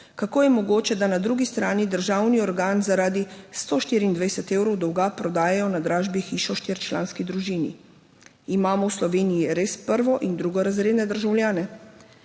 Kako je mogoče, da na drugi strani državni organ zaradi 124 evrov dolga prodajajo na dražbi hišo štiričlanski družini? Imamo v Sloveniji res prvo in drugorazredne državljane?